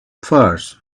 first